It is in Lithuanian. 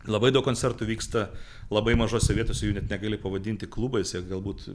labai daug koncertų vyksta labai mažose vietose jų net negali pavadinti klubais jie galbūt